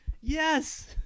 Yes